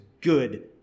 good